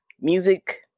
music